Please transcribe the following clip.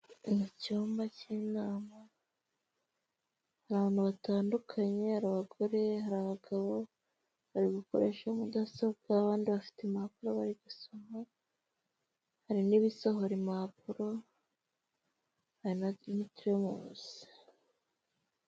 Mu cyumba cy'inama hari abantu batandukanye, hari abagore, hari abagabo bari gukoresha mudasobwa abandi bafite impapuro bari gusoma, hari n'ibisohora impapuro.